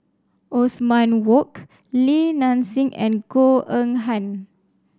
Othman Wok Li Nanxing and Goh Eng Han